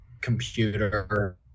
computer